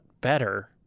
better